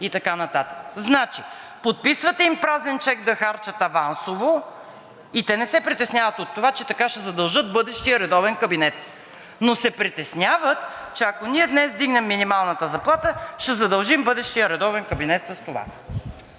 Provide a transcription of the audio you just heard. и така нататък. Подписвате им празен чек да харчат авансово и те не се притесняват от това, че така ще задължат бъдещия редовен кабинет, но се притесняват, че ако ние днес вдигнем минималната заплата, ще задължим бъдещия редовен кабинет с това.